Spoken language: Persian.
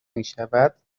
میشود